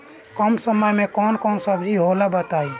कम समय में कौन कौन सब्जी होला बताई?